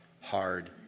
hard